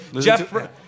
Jeff